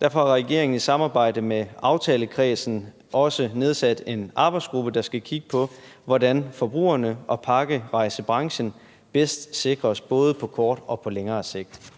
derfor har regeringen i samarbejde med aftalekredsen også nedsat en arbejdsgruppe, der skal kigge på, hvordan forbrugerne og pakkerejsebranchen bedst sikres på både kort og længere sigt.